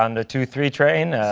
um the two, three train,